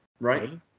Right